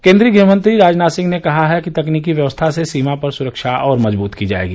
केन्द्रीय गृहमंत्री राजनाथ सिंह ने कहा है कि तकनीकी व्यवस्था से सीमा पर सुरक्षा और मजबूत की जाएगी